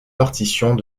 partitions